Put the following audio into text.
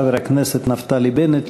חבר הכנסת נפתלי בנט,